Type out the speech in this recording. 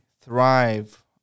thrive